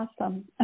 awesome